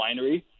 winery